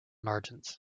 margins